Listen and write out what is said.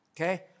Okay